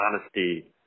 honesty